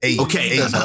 Okay